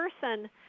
person